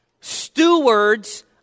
Stewards